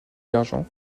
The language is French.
d’argent